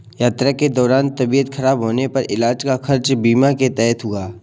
यात्रा के दौरान तबियत खराब होने पर इलाज का खर्च बीमा के तहत हुआ